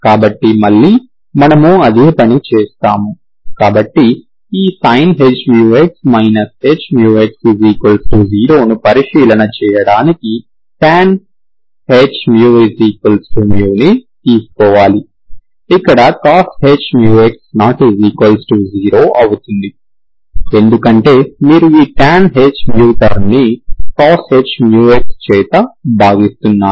కాబట్టి మళ్ళీ మనము అదే పని చేస్తాము కాబట్టి ఈ sin hμx hμx 0ను పరిశీలన చేయడానికి tanh μ μ ని తీసుకోవాలి ఇక్కడ cosh μx ≠0 అవుతుంది ఎందుకంటే మీరు ఈ tanh μ టర్మ్ ని cosh μx చేత భాగిస్తున్నారు